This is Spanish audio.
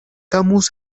camus